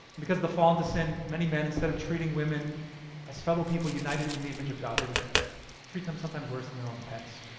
because of the fall into sin, many men instead of treating women as fellow people united in the image of god, they would treat them sometimes worse than their own pets.